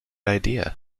idea